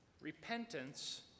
repentance